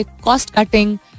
cost-cutting